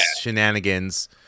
shenanigans